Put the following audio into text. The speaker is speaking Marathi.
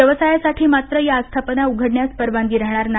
व्यवसायासाठी मात्र या आस्थापना उघडण्यास परवानगी राहणार नाही